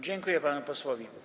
Dziękuję panu posłowi.